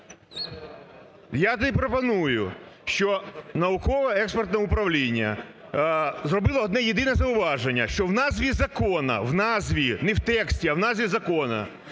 Я тоді пропоную. Що Науково-експертне управління зробило одне-єдине зауваження. Що в назві закону, в назві, не в тексті, а в назві закону.